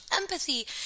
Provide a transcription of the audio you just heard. empathy